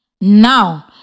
Now